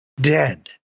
dead